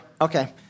Okay